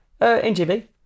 NGV